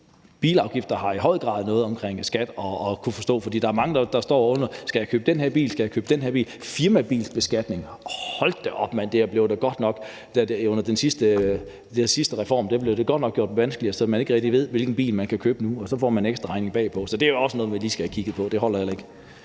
at gøre med at kunne forstå skat. For der er mange, der står og ikke ved, om de skal købe den bil eller de skal købe den bil? Firmabilsbeskatning: Hold da op, mand, under den sidste reform blev det godt nok gjort vanskeligt, så man ikke rigtig ved, hvilken bil man kan købe nu, og så får man en ekstra regning bagefter. Så det er også noget, vi lige skal have kigget på. Det holder heller ikke.